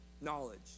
knowledge